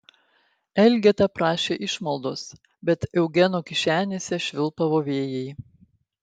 elgeta prašė išmaldos bet eugeno kišenėse švilpavo vėjai